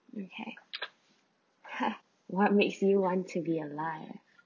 okay [hah] what makes you want to be alive